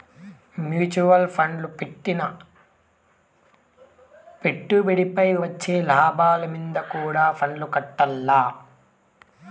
mutual ఫండ్ల పెట్టిన పెట్టుబడిపై వచ్చే లాభాలు మీంద కూడా పన్నుకట్టాల్ల